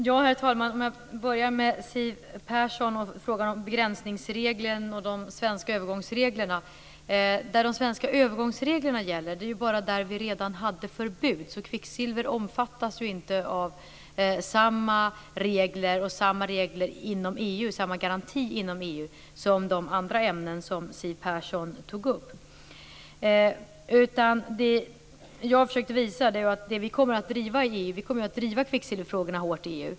Herr talman! Jag skall börja med Siw Perssons fråga om begräsningsregeln och de svenska övergångsreglerna. De svenska övergångsreglerna gäller där vi redan hade förbud, så kvicksilver omfattas inte av samma regler och samma garanti inom EU som de andra ämnen som Siw Persson tog upp. Vi kommer att driva kvicksilverfrågorna hårt i EU.